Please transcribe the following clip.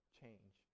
change